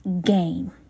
game